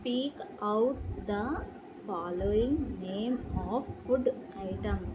speak out the following name of food item